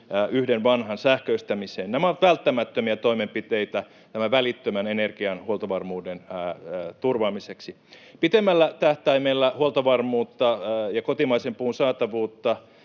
yhden vanhan sähköistämiseen. Nämä ovat välttämättömiä toimenpiteitä tämän välittömän energiahuoltovarmuuden turvaamiseksi. Pitemmällä tähtäimellä huoltovarmuutta ja kotimaisen puun saatavuutta